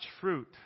fruit